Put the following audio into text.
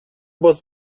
was